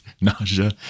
nausea